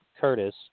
curtis